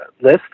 list